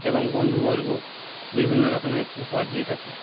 এবং বন্ধুবর্গ বিভিন্ন রকমের উপহার দিয়ে থাকে